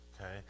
okay